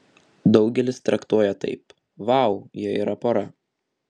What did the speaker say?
daugelis traktuoja taip vau jie yra pora